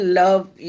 love